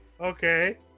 Okay